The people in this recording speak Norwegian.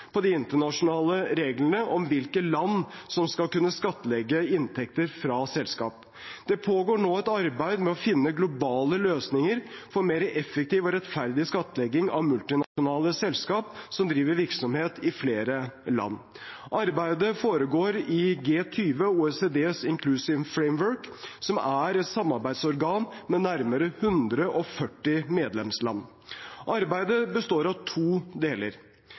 på de internasjonale reglene om hvilke land som skal kunne skattlegge inntekter fra selskap. Det pågår nå et arbeid med å finne globale løsninger for mer effektiv og rettferdig skattlegging av multinasjonale selskap som driver virksomhet i flere land. Arbeidet foregår i G20 og OECDs Inclusive Framework, som er et samarbeidsorgan med nærmere 140 medlemsland. Arbeidet består av to deler,